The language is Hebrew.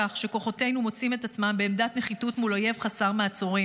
שכוחותינו מוצאים את עצמם בעמדת נחיתות מול אויב חסר מעצורים.